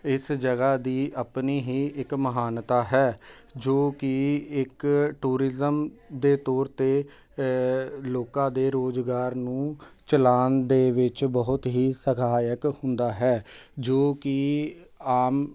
ਇਸ ਜਗ੍ਹਾ ਦੀ ਆਪਣੀ ਹੀ ਇੱਕ ਮਹਾਨਤਾ ਹੈ ਜੋ ਕਿ ਇੱਕ ਟੂਰਿਜਮ ਦੇ ਤੌਰ 'ਤੇ ਲੋਕਾਂ ਦੇ ਰੋਜ਼ਗਾਰ ਨੂੰ ਚਲਾਉਣ ਦੇ ਵਿੱਚ ਬਹੁਤ ਹੀ ਸਹਾਇਕ ਹੁੰਦਾ ਹੈ ਜੋ ਕਿ ਆਮ